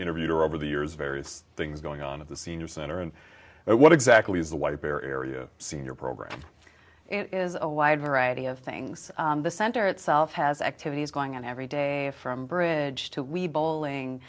interviewed her over the years various things going on at the senior center and what exactly is the white bear area senior program it is a wide variety of things the center itself has activities going on every day from bridge to wi bowling